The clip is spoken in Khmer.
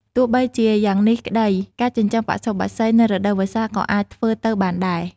ទោះបីជាយ៉ាងនេះក្តី ការចិញ្ចឹមបសុបក្សីនៅរដូវវស្សាក៏អាចធ្វើទៅបានដែរ។